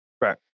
Right